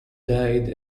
died